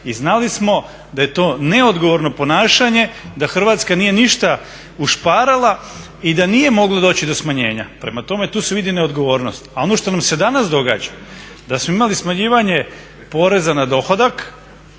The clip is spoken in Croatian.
odgovorni da je to neodgovorno ponašanje, da Hrvatska nije ništa ušparala i da nije moglo doći do smanjenja. Prema tome tu se vidi neodgovornost. A ono što nam se danas događa da smo imali smanjivanje poreza na dohodak